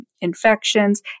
infections